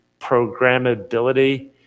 programmability